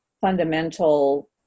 fundamental